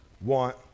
want